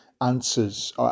answers